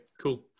cool